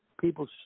People